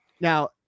Now